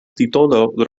titolo